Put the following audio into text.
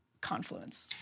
confluence